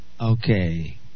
Okay